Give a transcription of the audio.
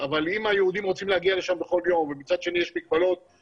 אבל מצד שני חלים עליה כללים של הסכמה מסוימת בגלל שהיא מוגדרת כאתר